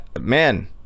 man